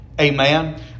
Amen